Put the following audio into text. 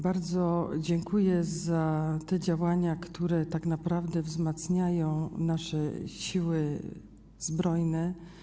Bardzo dziękuję za te działania, które tak naprawdę wzmacniają nasze Siły Zbrojne.